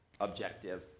objective